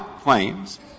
claims